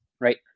right